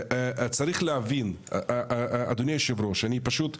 צריך להבין, אדוני היושב ראש, אני פשוט,